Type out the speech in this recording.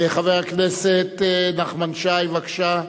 חבר הכנסת נחמן שי, בבקשה,